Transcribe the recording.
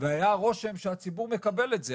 והיה רושם שהציבור מקבל את זה,